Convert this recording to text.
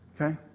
Okay